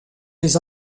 les